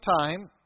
time